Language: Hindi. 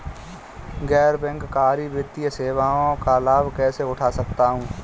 गैर बैंककारी वित्तीय सेवाओं का लाभ कैसे उठा सकता हूँ?